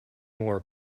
more